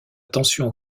tension